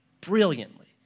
brilliantly